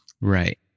Right